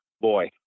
boy